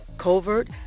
covert